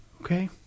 Okay